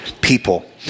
people